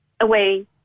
away